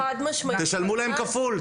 תשלמו להם כפול,